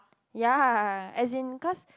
ya as in cause